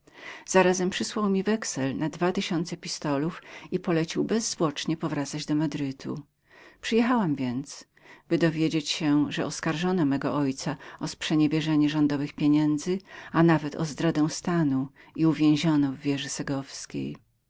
zarazem przysłał mi wexel na dwa tysiące pistolów i rozkaz bezzwłocznego powracania do madrytu przyjechałem więc i tego samego dnia dowiedziałam się że oskarżono mego ojca o zdradę stanu i uwięziono go